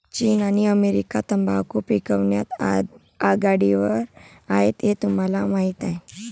चीन आणि अमेरिका तंबाखू पिकवण्यात आघाडीवर आहेत हे तुम्हाला माहीत आहे